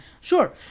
sure